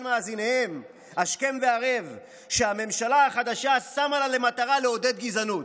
מאזיניהם השכם והערב שהממשלה החדשה שמה לה למטרה לעודד גזענות.